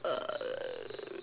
err